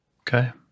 Okay